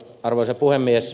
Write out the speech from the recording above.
arvoisa puhemies